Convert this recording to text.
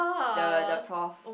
the the prof